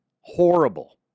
horrible